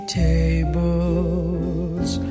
tables